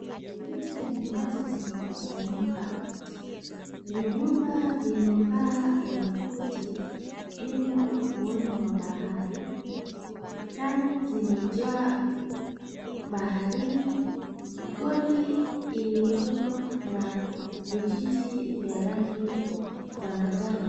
Miti ya minazi zimekusanyika vijumba vyenye paa ya makuti vimo ufuoni wa bahari fani vimejaa baharini, goli ilioko na vijiti vya rangi ya manjano.